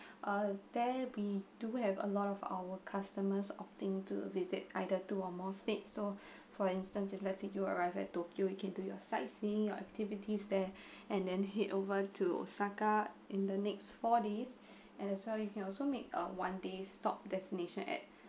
ah there we do have a lot of our customers opting to visit either two or more states so for instance if let's say you arrive at tokyo you can do your sightseeing ya activities there and then head over to osaka in the next four days and as well you can also make a one day stop destination at